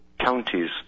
counties